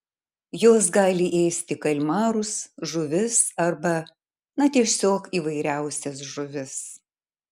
jos gali ėsti kalmarus žuvis arba na tiesiog įvairiausias žuvis